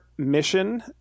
mission